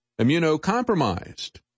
immunocompromised